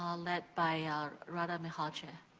um lead by rada mihalcea.